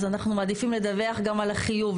אז אנחנו מעדיפים לדווח גם על החיוב,